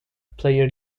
player